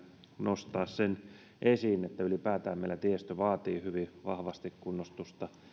nostaa sen esiin että ylipäätään meillä tiestö vaatii hyvin vahvasti kunnostusta